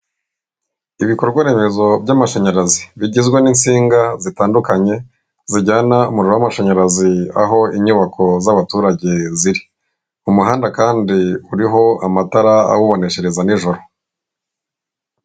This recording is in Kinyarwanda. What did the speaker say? Ibikorwaremezo by'amashanyarazi bigizwe n'insinga zitandukanye zijyana umuriro w'amashanyarazi aho inyubako z'abaturage ziri, ku muhanda kandi uriho amatara awuboneshereza nijoro.